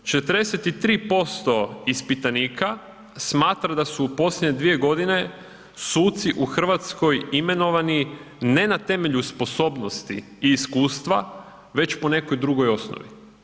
43% ispitanika smatra da su u posljednje 2 godine suci u Hrvatskoj imenovani ne na temelju sposobnosti i iskustva već po nekoj drugoj osnovi.